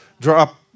drop